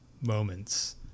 moments